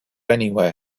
anywhere